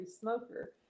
smoker